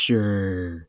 Sure